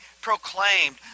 proclaimed